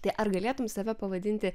tai ar galėtum save pavadinti